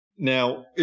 Now